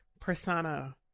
persona